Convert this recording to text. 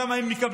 כמה הם מקבלים.